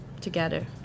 together